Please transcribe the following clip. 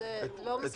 זה לא מספיק.